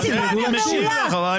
אני משיב לך.